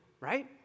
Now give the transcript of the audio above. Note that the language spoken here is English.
right